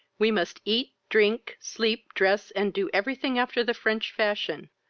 we must eat, drink, sleep, dress, and do every thing after the french fashion.